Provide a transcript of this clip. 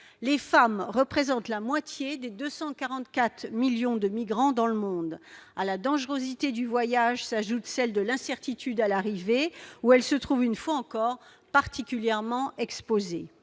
Les femmes représentent la moitié des 244 millions de migrants dans le monde. À la dangerosité du voyage s'ajoute l'incertitude à l'arrivée dans le pays d'accueil, où elles se trouvent une fois encore particulièrement exposées.